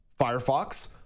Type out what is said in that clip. Firefox